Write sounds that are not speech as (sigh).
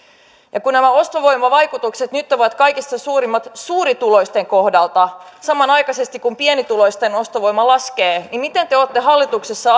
ja kun nämä ostovoimavaikutukset nyt ovat kaikista suurimmat suurituloisten kohdalla samanaikaisesti kun pienituloisten ostovoima laskee niin miten te te olette hallituksessa (unintelligible)